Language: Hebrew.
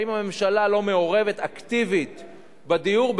האם הממשלה לא מעורבת אקטיבית בדיור?